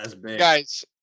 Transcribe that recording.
Guys